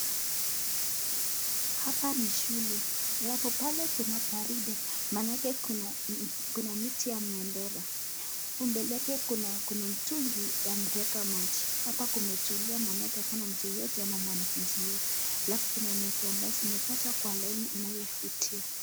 Hapa ni shule alafu pale kuna gwaride manake kuna miti ya bendera alafu mbele yake kuna mtungi ya kueka maji hapa kumetulia manake hakuna mtu yeyote ama mwanafunzi yeyote alafu kuna nyasi ambayo imekatwa kwa laini inayovutia.